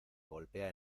golpea